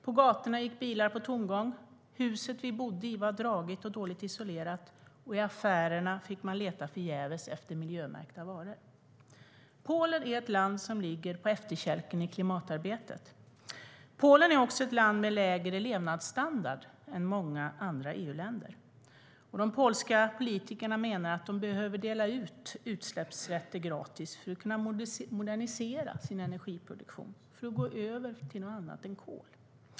På gatorna gick bilar på tomgång, huset vi bodde i var dragigt och dåligt isolerat och i affärerna fick man förgäves leta efter miljömärkta varor. Polen är ett land som hamnat på efterkälken i klimatarbetet. Polen är också ett land med lägre levnadsstandard än många andra EU-länder. De polska politikerna menar att de behöver dela ut utsläppsrätter gratis för att kunna modernisera sin energiproduktion, för att gå över till något annat än kol.